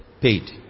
paid